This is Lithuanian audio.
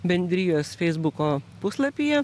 bendrijos feisbuko puslapyje